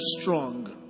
strong